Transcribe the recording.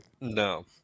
no